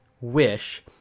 Wish